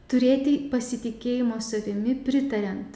turėti pasitikėjimo savimi pritariant